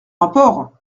rapport